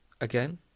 again